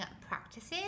practices